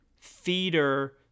theater